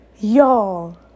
y'all